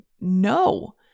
no